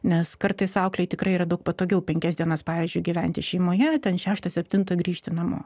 nes kartais auklei tikrai yra daug patogiau penkias dienas pavyzdžiui gyventi šeimoje ten šeštą septintą grįžti namo